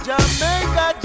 Jamaica